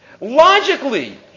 Logically